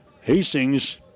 Hastings